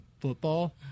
football